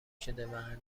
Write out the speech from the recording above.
شده